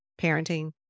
parenting